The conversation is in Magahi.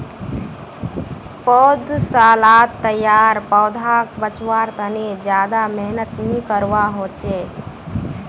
पौधसालात तैयार पौधाक बच्वार तने ज्यादा मेहनत नि करवा होचे